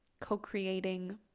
co-creating